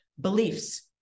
Beliefs